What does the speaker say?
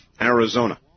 Arizona